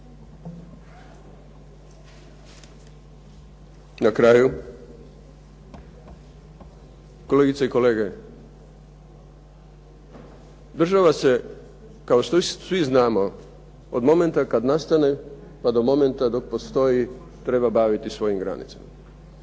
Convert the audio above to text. Na kraju kolegice i kolege, država se kao što svi znamo od momenta kada nastane pa do momenta dok postoji treba baviti svojim granicama.